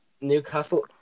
Newcastle